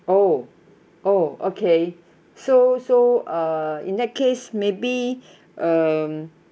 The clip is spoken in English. oh oh okay so so uh in that case maybe um